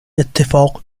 اتفاق